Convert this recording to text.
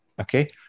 okay